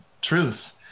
truth